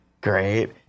great